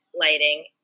lighting